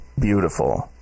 beautiful